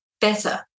better